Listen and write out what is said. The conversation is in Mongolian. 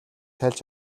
тайлж